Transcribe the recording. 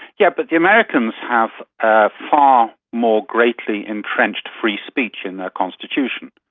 yes? but the americans have ah far more greatly entrenched free speech in their constitution.